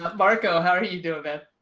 um marco how are you doing it?